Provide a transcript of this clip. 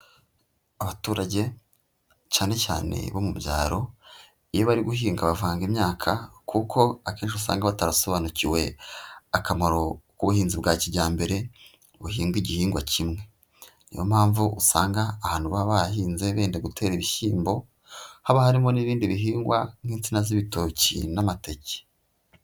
Abaturage cyane cyane bo mu byaro, iyo bari guhinga bavanga imyaka kuko akenshi usanga batarasobanukiwe akamaro k'ubuhinzi bwa kijyambere buhinga igihingwa kimwe, niyo mpamvu usanga ahantu baba bahahinze benda gutera ibishyimbo haba harimo n'ibindi bihingwa nk'insina z'ibitoki n'amateke.